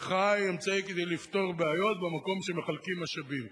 המחאה היא אמצעי לפתור בעיות במקום שמחלקים משאבים.